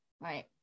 Right